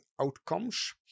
outcomes